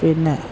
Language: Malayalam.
പിന്നെ